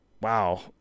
Wow